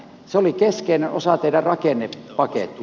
se oli keskeinen osa teidän rakennepakettia